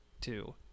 two